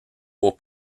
pour